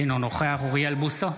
אינו נוכח אוריאל בוסו,